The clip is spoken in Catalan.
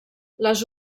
les